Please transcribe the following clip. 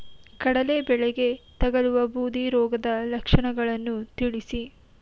ಕಡಲೆ ಬೆಳೆಗೆ ತಗಲುವ ಬೂದಿ ರೋಗದ ಲಕ್ಷಣಗಳನ್ನು ತಿಳಿಸಿ?